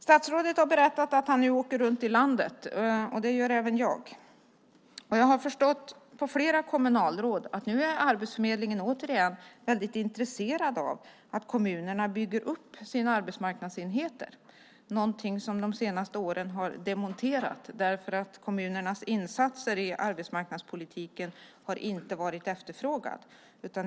Statsrådet har berättat att han åker runt i landet, och det gör även jag. Vad jag har förstått på flera kommunalråd är att Arbetsförmedlingen åter är väldigt intresserad av att kommunerna bygger upp sina arbetsmarknadsenheter, någonting som de under de senaste åren har demonterat därför att kommunernas insatser i arbetsmarknadspolitiken inte varit efterfrågade.